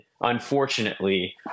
unfortunately